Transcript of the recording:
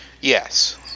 Yes